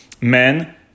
men